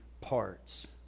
parts